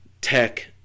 Tech